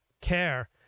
care